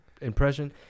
impression